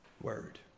word